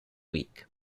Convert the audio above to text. week